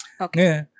Okay